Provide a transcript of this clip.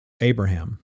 Abraham